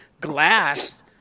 Glass